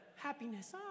happiness